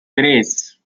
tres